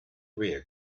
rear